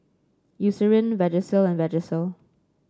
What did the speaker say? Eucerin Vagisil and Vagisil